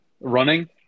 Running